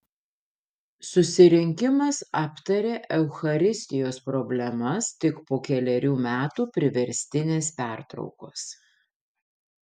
susirinkimas aptarė eucharistijos problemas tik po kelerių metų priverstinės pertraukos